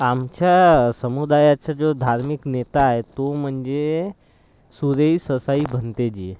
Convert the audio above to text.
आमच्या समुदायाचा जो धार्मिक नेता आहे तो म्हणजे सुरई ससाई भंते जी